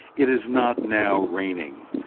it is not now raining.